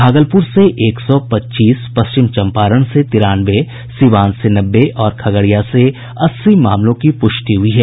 भागलपूर से एक सौ पच्चीस पश्चिम चंपारण से तिरानवे सीवान से नब्बे और खगड़िया से अस्सी मामलों की प्रष्टि हुयी है